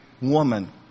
woman